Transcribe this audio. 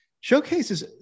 showcases